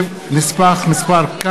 שמספרה